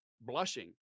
blushing